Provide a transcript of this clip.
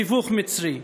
בתיווך מצרי.